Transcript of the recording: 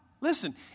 Listen